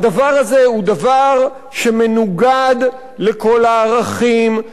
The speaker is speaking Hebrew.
הדבר הזה הוא דבר שמנוגד לכל הערכים,